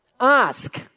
Ask